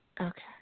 Okay